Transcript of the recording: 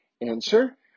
answer